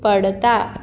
पडता